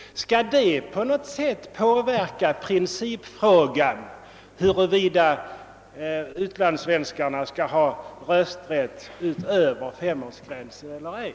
Skall detta på något sätt påverka principfrågan, huruvida utlandssvenskarna skall ha rösträtt utöver femårsgränsen eller ej?